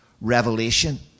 Revelation